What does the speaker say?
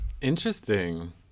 Interesting